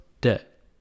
Debt